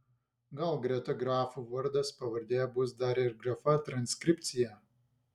gal greta grafų vardas pavardė bus dar ir grafa transkripcija